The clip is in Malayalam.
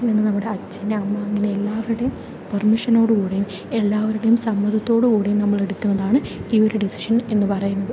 അതിൽ നിന്ന് നമ്മുടെ അച്ഛൻ അമ്മ അങ്ങനെ എല്ലാവരുടേയും പെർമിഷനോടു കൂടിയും എല്ലാവരുടെയും സമ്മതത്തോടെ കൂടിയും നമ്മൾ എടുക്കുന്നതാണ് ഈ ഒരു ഡിസിഷൻ എന്ന് പറയുന്നത്